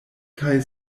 kaj